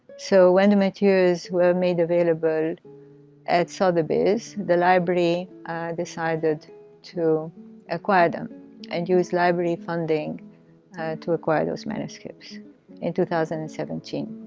so when the materials were made available at sotheby's, the library decided to acquire them and use library funding to acquire those manuscripts in two thousand and seventeen.